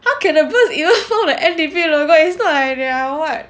how can a bird even form a N_D_P logo it's not like they are what